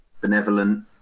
benevolent